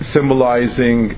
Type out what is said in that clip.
Symbolizing